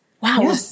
Wow